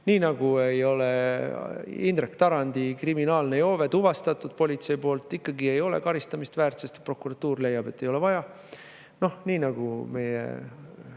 ei ole Indrek Tarandi kriminaalne joove – tuvastatud politsei poolt – ikkagi karistamist väärt, sest prokuratuur leiab, et ei ole vaja. Nii nagu see,